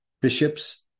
bishops